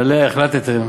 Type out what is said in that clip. שעליהן החלטתם